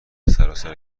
سراسر